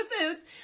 foods